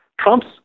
Trump's